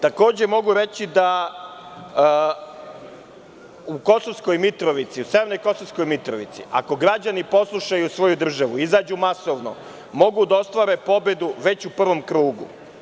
Takođe, mogu reći da u severnoj Kosovskoj Mitrovici ako građani poslušaju svoju državu, izađu masovno, mogu da ostvare pobedu već u prvom krugu.